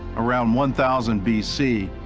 around one thousand b c,